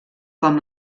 com